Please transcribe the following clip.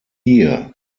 hier